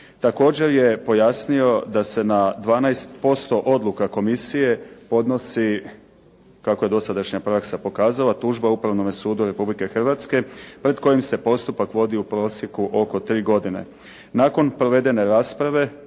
Također je pojasnio da se na 12% odluka komisije podnosi, tako je dosadašnja praksa pokazala, tužba Upravnome sudu Republike Hrvatske, pred kojim se postupak vodi u prosjeku oko 3 godine. Nakon provedene rasprave